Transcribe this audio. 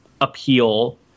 appeal